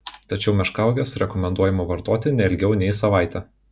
tačiau meškauoges rekomenduojama vartoti ne ilgiau nei savaitę